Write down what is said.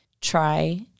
Try